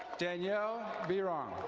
danielle verong.